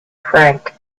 frank